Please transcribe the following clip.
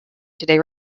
today